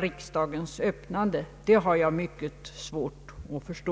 riksdagens öppnande, det har jag svårare att förstå.